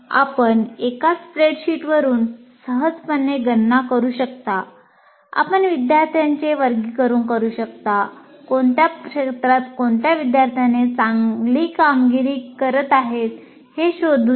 आपण एका स्प्रेडशीटवरून सहजपणे गणना करू शकता आपण विद्यार्थ्यांचे वर्गीकरण करू शकता कोणत्या क्षेत्रात कोणत्या विद्यार्थ्याने चांगली कामगिरी करत आहे हे शोधू शकता